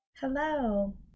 Hello